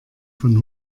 von